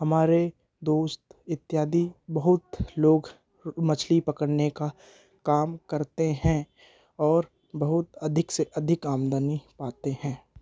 हमारे दोस्त इत्यादि बहुत लोग मछली पकड़ने का काम करते हैं और बहुत अधिक से अधिक आमदनी पाते हैं